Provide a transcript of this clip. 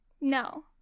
No